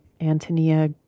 Antonia